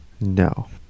No